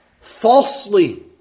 falsely